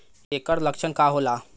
ऐकर लक्षण का होला?